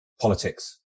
politics